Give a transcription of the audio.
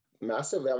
massive